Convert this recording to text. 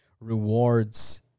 rewards